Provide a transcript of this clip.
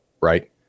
right